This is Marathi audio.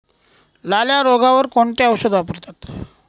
लाल्या रोगावर कोणते औषध वापरतात?